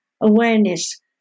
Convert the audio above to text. awareness